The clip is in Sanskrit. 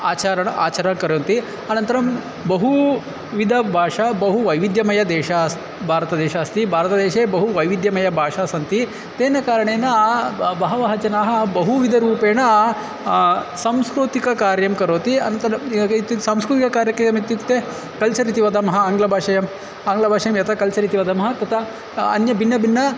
आचरणम् आचरणं कर्वन्ति अनन्तरं बहुविध भाषा बहु वैविध्यमयः देशः भारतदेशः अस्ति भारतदेशे बहु वैविध्यमय भाषाः सन्ति तेन कारणेन ब बहवः जनाः बहुविधरूपेण सांस्कृतिकं कार्यं करोति अनन्तरं सांस्कृतिकं कार्यक्रमम् इत्युक्ते कल्चर् इति वदामः आङ्ग्लभाषायाम् आङ्ग्लभाषायां यथा कल्चर् इति वदामः तथा अन्य भिन्नभिन्नम्